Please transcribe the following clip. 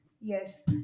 Yes